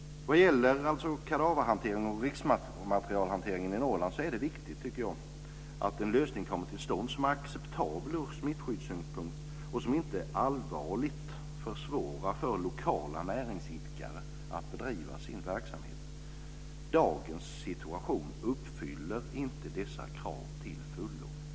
Vad gäller kadaverhanteringen och riskmaterialhanteringen i Norrland tycker jag att det är viktigt att det kommer till stånd en lösning som är acceptabel ur smittskyddssynpunkt och som inte allvarligt försvårar för lokala näringsidkare att bedriva sin verksamhet. Dagens situation uppfyller inte till fullo dessa krav.